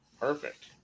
Perfect